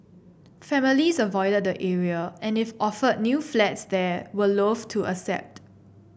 families avoided the area and if offered new flats there were loathe to accept